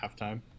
halftime